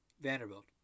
Vanderbilt